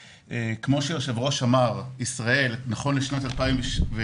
כמו שאמר היושב-ראש, ישראל, נכון לשנת 2016,